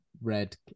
red